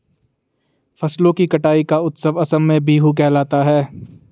फसलों की कटाई का उत्सव असम में बीहू कहलाता है